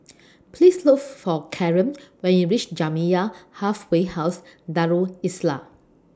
Please Look For Kaaren when YOU REACH Jamiyah Halfway House Darul Islah